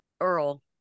Earl